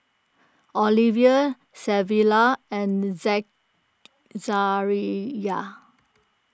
Olivia Savilla and Zachariah